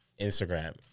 Instagram